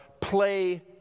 play